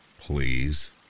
please